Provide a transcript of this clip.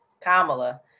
Kamala